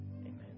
amen